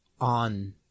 on